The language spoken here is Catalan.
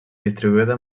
distribuïda